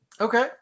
Okay